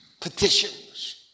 petitions